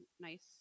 nice